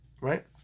right